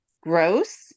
gross